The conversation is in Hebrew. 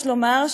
יש לומר,